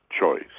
choice